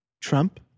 Trump